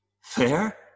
fair